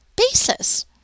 Basis